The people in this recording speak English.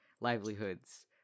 livelihoods